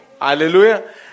Hallelujah